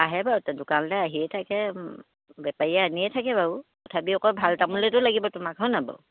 আহে বাৰু দোকানলৈ আহিয়ে থাকে বেপাৰীয়ে আনিয়ে থাকে বাৰু তথাপিও আকৌ ভাল তামোলেইতো লাগিব তোমাক হয় নহয় বাৰু